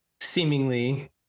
seemingly